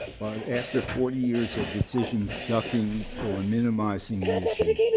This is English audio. but after forty years of decisions ducking or minimizing the issue,